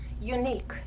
unique